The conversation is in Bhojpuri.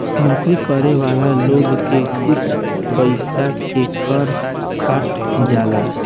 नौकरी करे वाला लोग के कुछ पइसा के कर कट जाला